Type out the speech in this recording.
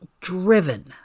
driven